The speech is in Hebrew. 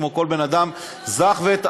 כמו כל בן אדם זך וטהור.